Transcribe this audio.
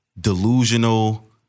Delusional